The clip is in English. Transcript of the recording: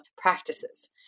practices